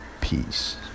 peace